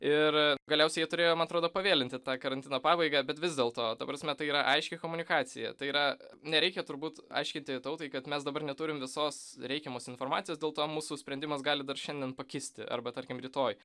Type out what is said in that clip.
ir galiausiai jie turėjo man atrodo pavėlinti tą karantino pabaigą bet vis dėlto ta prasme tai yra aiški komunikacija tai yra nereikia turbūt aiškinti tautai kad mes dabar neturim visos reikiamos informacijos dėl to mūsų sprendimas gali dar šiandien pakisti arba tarkim rytoj